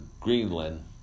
Greenland